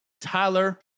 Tyler